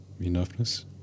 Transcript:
Enoughness